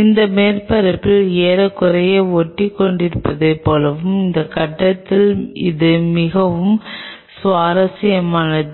அந்த மேற்பரப்பில் ஏறக்குறைய ஒட்டிக்கொண்டிருப்பதைப் போலவும் இந்த கட்டத்தில் இது மிகவும் சுவாரஸ்யமானது